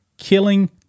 killing